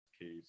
case